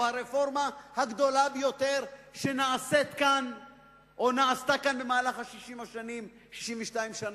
הרפורמה הגדולה ביותר שנעשתה כאן במהלך 62 שנה,